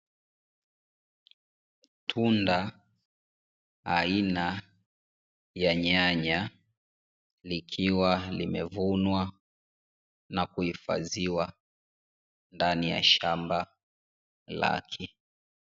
Tunda aina ya nyanya likiwa limevunwa na kuhifadhiwa ndani ya shamba lake.